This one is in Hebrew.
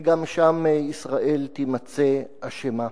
וגם שם ישראל תימצא אשמה.